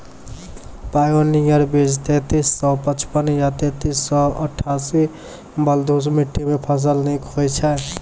Pioneer बीज तेंतीस सौ पचपन या तेंतीस सौ अट्ठासी बलधुस मिट्टी मे फसल निक होई छै?